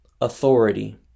authority